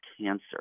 cancer